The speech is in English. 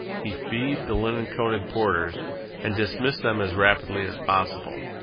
he feed the linen-coated porters and dismissed them as rapidly as possible.